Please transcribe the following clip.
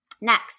next